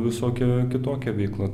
visokia kitokia veikla